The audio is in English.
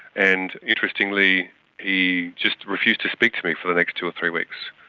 and interestingly he just refused to speak to me for the next two or three weeks.